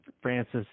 Francis